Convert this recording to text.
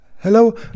Hello